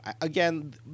Again